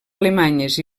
alemanyes